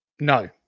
No